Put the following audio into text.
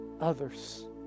others